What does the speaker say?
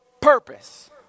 purpose